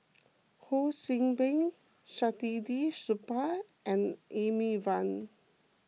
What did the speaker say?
Ho See Beng Saktiandi Supaat and Amy Van